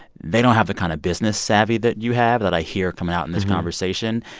they don't have the kind of business savvy that you have that i hear coming out in this conversation.